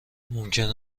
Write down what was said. ممکن